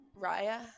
Raya